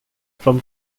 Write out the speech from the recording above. from